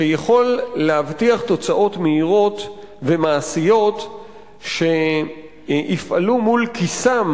שיכול להבטיח תוצאות מהירות ומעשיות שיפעלו מול כיסם